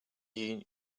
you